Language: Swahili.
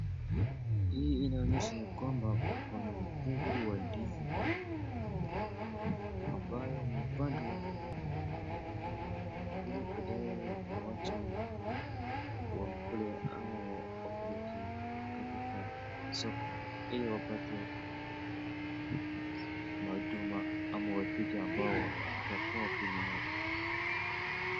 Hii inaonyesha ya kwamba kuna mkungu wa ndizi ambayo ni pande wa ili baadae watu wakule au wapeleke katika soko ili wapate wahuduma au wateja ambao watakua wakinunua.